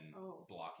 blocking